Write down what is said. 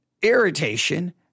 irritation